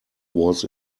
was